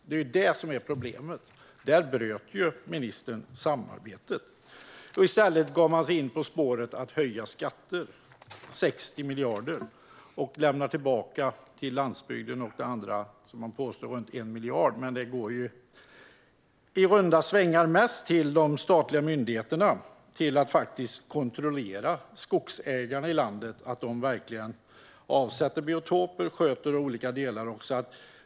Det är det som är problemet. Där bröt ministern samarbetet. I stället gav man sig in på spåret att höja skatter med 60 miljarder. Man påstår att man lämnar tillbaka 1 miljard till landsbygden och det andra, men det går i runda slängar mest till de statliga myndigheterna för att kontrollera skogsägarna i landet så att de verkligen avsätter biotoper och sköter de olika delarna.